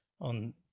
on